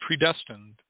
predestined